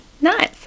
Nice